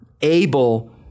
able